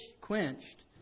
quenched